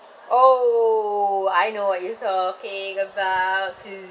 orh I know what you saw okay